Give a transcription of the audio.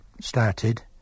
started